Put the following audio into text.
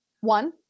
one